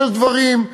שיש דברים,